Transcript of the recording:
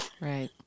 Right